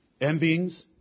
Envyings